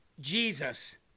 Jesus